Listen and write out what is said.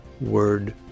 Word